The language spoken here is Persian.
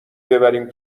ببریم